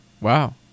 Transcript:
Wow